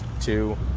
Two